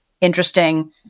interesting